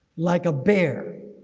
like a bear.